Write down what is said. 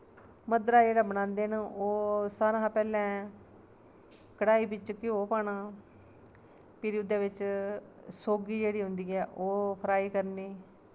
मद्दरा जेह्ड़ा बनांदे न ओह् सारां हा पैह्लें कड़ाही बिच घ्योऽ पाना फिर ओह्दे बिच सोगी जेह्ड़ी होंदी ऐ ओह् फ्राई करनी